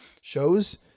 shows